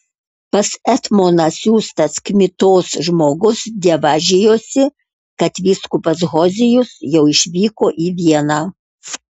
pas etmoną siųstas kmitos žmogus dievažijosi kad vyskupas hozijus jau išvyko į vieną